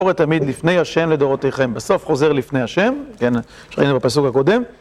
קורא תמיד לפני השם לדורותיכם. בסוף חוזר לפני השם, כן, שראינו בפסוק הקודם.